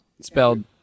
Spelled